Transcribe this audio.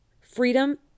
Freedom